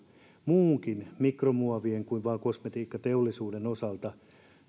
muunkin mikromuovin kuin vain kosmetiikkateollisuuden osalta jotta ryhdytään